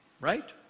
right